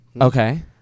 Okay